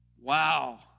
Wow